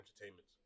entertainment